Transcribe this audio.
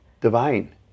divine